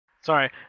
Sorry